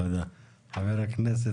תודה רבה ח"כ בני בגין.